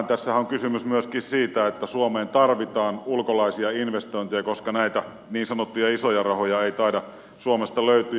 tässähän on kysymys myöskin siitä että suomeen tarvitaan ulkolaisia investointeja koska näitä niin sanottuja isoja rahoja ei taida suomesta löytyä